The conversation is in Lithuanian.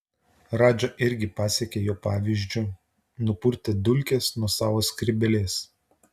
radža irgi pasekė jo pavyzdžiu nupurtė dulkes nuo savo skrybėlės